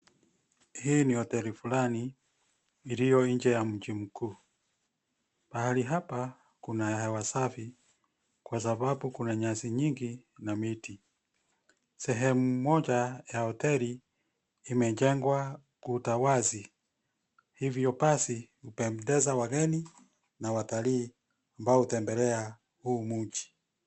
Hii ni hoteli fulani iliyo nje ya mji mkuu. Pahali hapa kuna hewa safi kwa sababu kuna nyasi nyingi na miti. Sehemu moja ya hoteli imejengwa kuta wazi, hivyo basi hubembeleza wageni na watalii ambao hutembelea huu mji.